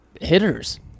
hitters